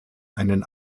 einen